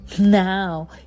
now